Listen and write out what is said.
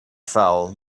foul